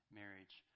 marriage